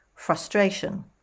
frustration